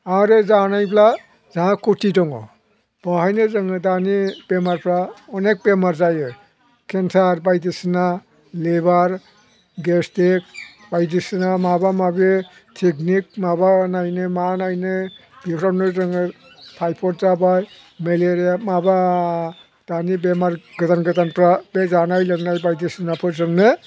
आरो जानायब्ला जोंहा खति दङ बेवहायनो जोङो दानि बेमारफोरा अनेक बेमार जायो केन्सार बायदिसिना लेबार गेसट्रिक बायदिसिना माबा माबि किदनि माबानायनो मानायनो बेफोरावनो जोङो थायफइड जाबाय मेलेरिया माबा दानि बेमार गोदान गोदानफोरा बे जानाय लोंनाय बायदिसिनाफोरजोंनो